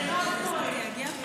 יכול להוסיף אותי?